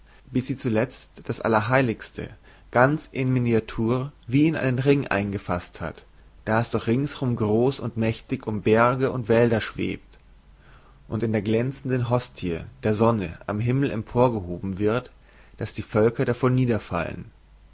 bis sie zulezt das allerheiligste ganz en miniature wie in einen ring eingefaßt hat da es doch ringsum groß und mächtig um berge und wälder schwebt und in der glänzenden hostie der sonne am himmel emporgehoben wird daß die völker